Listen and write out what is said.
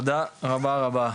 תודה רבה רבה,